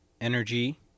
Energy